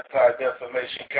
Anti-Defamation